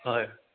হয়